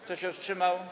Kto się wstrzymał?